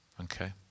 Okay